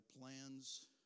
plans